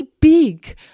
big